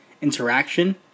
interaction